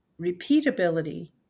repeatability